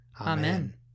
Amen